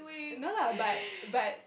no lah but but